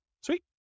Sweet